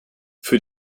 für